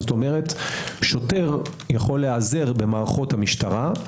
כלומר שוטר יכול להיעזר במערכות המשטרה,